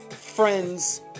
friends